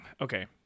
okay